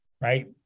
Right